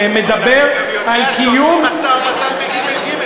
בסעיף שמדבר, אני גם יודע שעושים משא-ומתן בג.ג.